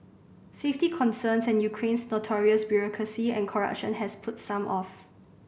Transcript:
safety concerns and Ukraine's notorious bureaucracy and corruption has put some off